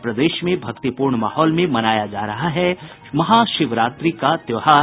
और प्रदेश में भक्तिपूर्ण माहौल में मनाया जा रहा है महाशिवरात्रि का त्योहार